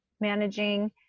managing